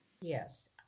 Yes